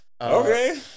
Okay